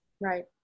Right